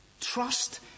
Trust